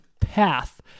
path